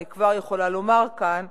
אני כבר יכולה לומר כאן,